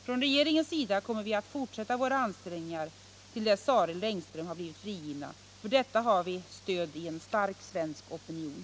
Från regeringens sida kommer vi att fortsätta våra ansträngningar till dess Sareld och Engström har blivit frigivna. För detta har vi stöd i en stark svensk opinion.